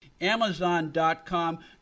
Amazon.com